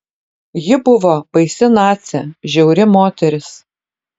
ji buvo baisi nacė žiauri moteris